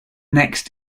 next